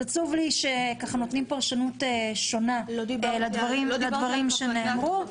עצוב לי שככה נותנים פרשנות שונה לדברים שנאמרו.